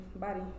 body